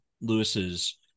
lewis's